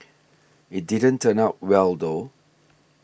it didn't turn out well though